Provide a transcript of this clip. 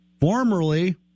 Formerly